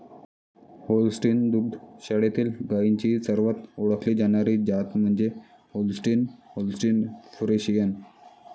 Holstein दुग्ध शाळेतील गायींची सर्वात ओळखली जाणारी जात म्हणजे होल्स्टीन होल्स्टीन फ्रिशियन